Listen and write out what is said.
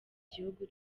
gihugu